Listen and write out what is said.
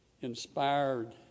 inspired